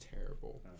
terrible